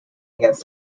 against